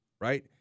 right